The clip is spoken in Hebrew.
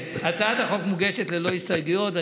הצעת החוק מוגשת ללא הסתייגויות,